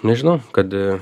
nežinau kad